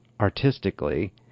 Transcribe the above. artistically